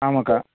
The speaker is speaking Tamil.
ஆமாக்கா